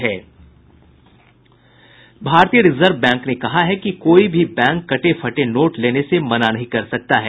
भारतीय reserve bank ने कहा है कि कोई भी बैंक कटे फटे नोट लेने से मना नहीं कर सकता है